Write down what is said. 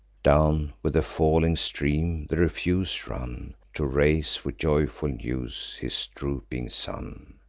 down with the falling stream the refuse run, to raise with joyful news his drooping son.